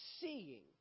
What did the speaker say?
seeing